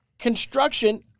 Construction